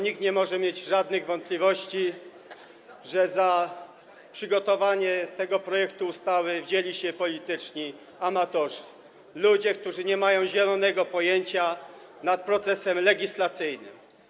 Nikt nie może mieć żadnych wątpliwości, że za przygotowanie tego projektu ustawy wzięli się polityczni amatorzy, ludzie, którzy nie mają zielonego pojęcia o procesie legislacyjnym.